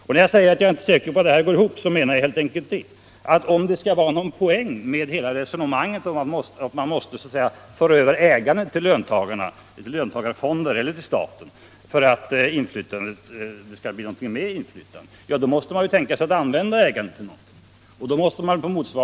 När jag nu säger att jag inte är säker på att detta går ihop, så menar jag helt enkelt att om det skall vara någon poäng med hela resonemanget om att föra över ägandet till löntagarfonder eller till staten så måste ju ägandet användas till något.